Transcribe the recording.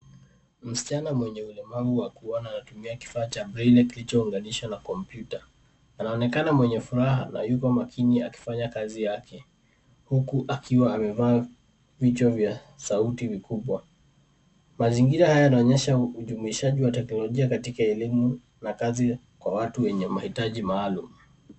Msichana mwenye ulemavu wa kuona anatumia kifaa cha braille kilichounganishwa na kompyuta. Anaonekana mwenye furaha na yuko makini akifanya kazi yake huku akiwa amevaa vichwa vya sauti vikubwa. Mazingira haya yanaonyesha ujumuishaji wa teknolojia katika elimu na kazi kwa watu wenye mahitaji maalum.